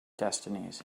destinies